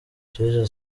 isheja